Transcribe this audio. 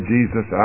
Jesus